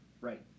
Right